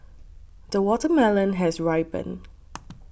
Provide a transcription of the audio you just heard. the watermelon has ripened